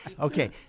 Okay